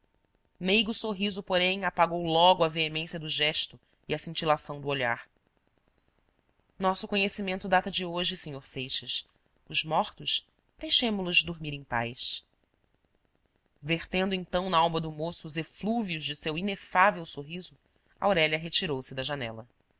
meigo sorriso porém apagou logo a veemência do gesto e a cintilação do olhar nosso conhecimento data de hoje sr seixas os mortos deixemo los dormir em paz vertendo então nalma do moço os eflúvios de seu inefável sorriso aurélia retirou-se da janela